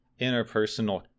interpersonal